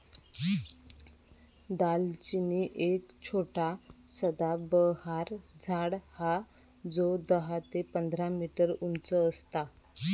दालचिनी एक छोटा सदाबहार झाड हा जो दहा ते पंधरा मीटर उंच असता